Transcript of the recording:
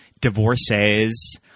divorces